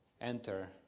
enter